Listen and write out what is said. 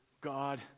God